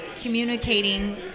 communicating